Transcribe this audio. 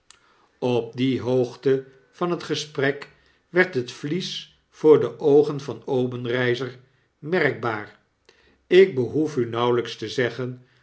op die hoogte van het gesprek werd het vlies voor de oogen van obenreizer merkbaar ik behoef u nauwelijks te zeggen